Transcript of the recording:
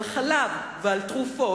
על חלב ועל תרופות,